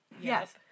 Yes